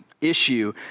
issue